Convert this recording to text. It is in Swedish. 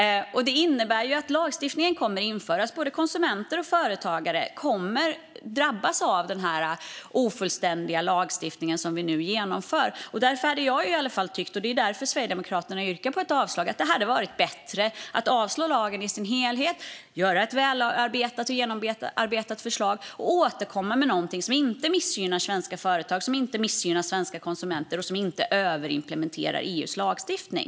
Det innebär att lagstiftningen kommer att införas. Både konsumenter och företagare kommer att drabbas av den ofullständiga lagstiftning som vi nu genomför, och det är därför Sverigedemokraterna yrkar avslag. Jag tycker att det hade varit bättre att avslå lagen i dess helhet och återkomma med ett välarbetat och genomarbetat förslag som inte missgynnar svenska företagare eller svenska konsumenter och som inte överimplementerar EU:s lagstiftning.